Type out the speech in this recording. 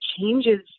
changes